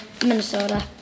Minnesota